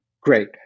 Great